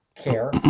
care